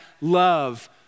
love